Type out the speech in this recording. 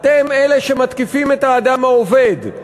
אתם אלה שמתקיפים את האדם העובד.